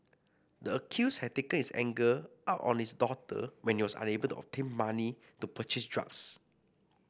the accused had taken his anger out on his daughter when he was unable to obtain money to purchase drugs